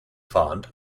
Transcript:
fond